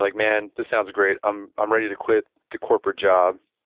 like man, this sounds great. i'm i'm ready to quit the corporate job,